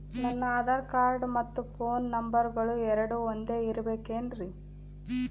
ನನ್ನ ಆಧಾರ್ ಕಾರ್ಡ್ ಮತ್ತ ಪೋನ್ ನಂಬರಗಳು ಎರಡು ಒಂದೆ ಇರಬೇಕಿನ್ರಿ?